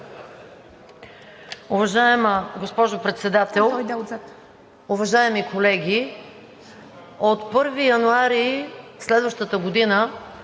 Уважаема госпожо Председател, уважаеми колеги! От 1 януари следващата година